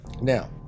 Now